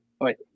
Wait